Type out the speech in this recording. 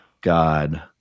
god